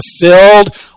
fulfilled